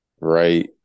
right